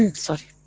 and sorry.